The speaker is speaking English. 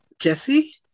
Jesse